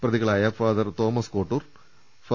പ്രതികളാ യ father Thomas Kottoor ഫാ